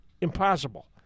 impossible